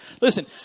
Listen